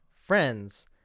friends